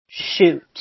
Shoot